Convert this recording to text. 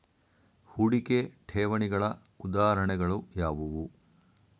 ಹೂಡಿಕೆ ಠೇವಣಿಗಳ ಉದಾಹರಣೆಗಳು ಯಾವುವು?